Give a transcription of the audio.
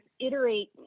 iterate